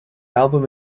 album